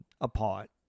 apart